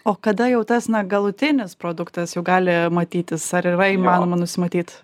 o kada jau tas na galutinis produktas jau gali matytis ar yra įmanoma nusimatyt